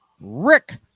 Rick